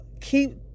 Keep